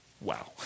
Wow